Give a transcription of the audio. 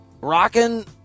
rocking